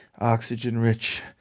oxygen-rich